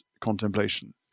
contemplation